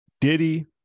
Diddy